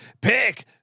Pick